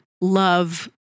love